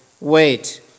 wait